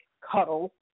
cuddle